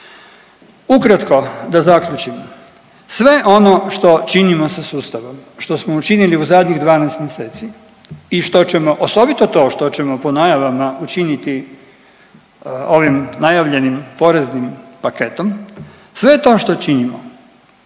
Ukratko da zaključim. Sve ono što činimo sa sustavom, što smo učinili u zadnjih 12 mjeseci i što ćemo osobito to što ćemo po najavama učiniti ovim najavljenim poreznim paketom, sve to što činimo